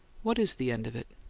what is the end of it?